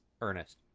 Ernest